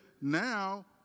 now